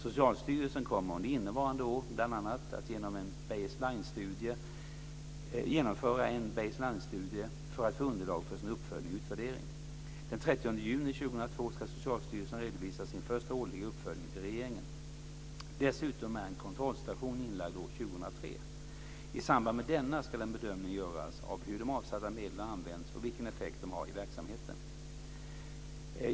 Socialstyrelsen kommer under innevarande år bl.a. att genomföra en base-line-studie för att få underlag för sin uppföljning och utvärdering. Den 30 juni 2002 ska Socialstyrelsen redovisa sin första årliga uppföljning till regeringen. Dessutom är en kontrollstation inlagd år 2003. I samband med denna ska en bedömning göras av hur de avsatta medlen har använts och vilken effekt de har i verksamheten.